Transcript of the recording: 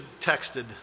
texted